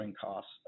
costs